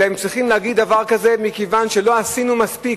הם צריכים להגיד דבר כזה מכיוון שלא עשינו מספיק,